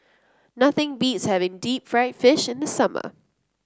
nothing beats having Deep Fried Fish in the summer